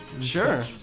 Sure